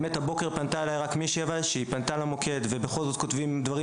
הבוקר פנתה אלי מישהי שפנתה למוקד ובכל זאת כותבים דברים